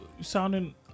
sounding